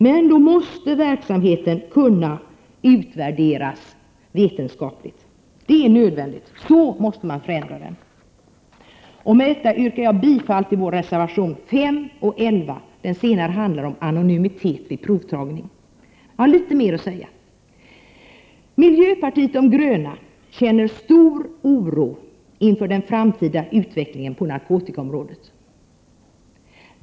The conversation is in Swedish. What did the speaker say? Men då måste verksamheten kunna utvärderas vetenskapligt. Det är nödvändigt. Med detta yrkar jag bifall till reservationerna 5 och 11; den senare handlar om anonymitet vid provtagning. Jag har litet mera att säga. Miljöpartiet de gröna känner stor oro inför den framtida utvecklingen på narkotikaområdet.